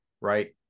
Right